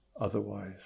otherwise